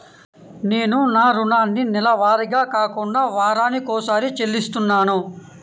నేను నా రుణాన్ని నెలవారీగా కాకుండా వారానికోసారి చెల్లిస్తున్నాను